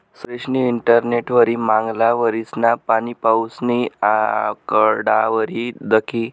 सुरेशनी इंटरनेटवरी मांगला वरीसना पाणीपाऊसनी आकडावारी दखी